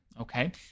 okay